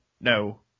no